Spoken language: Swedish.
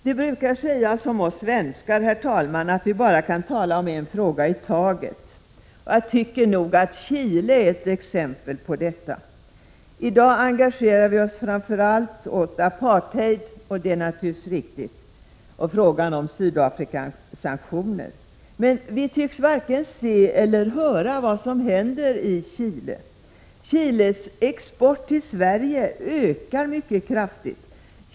Det brukar sägas om oss svenskar, herr talman, att vi bara kan tala om en fråga i taget. Chile är ett exempel på detta. I dag engagerar vi oss framför allt mot apartheid och för frågan om Sydafrikasanktioner, och det är naturligtvis viktigt, men vi tycks varken se eller höra vad som händer i Chile. Chiles export till Sverige ökar mycket kraftigt.